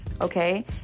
okay